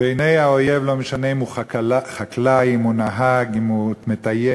(תנאי להשתתפות בפעילות מטעם המשרד